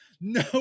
no